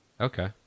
Okay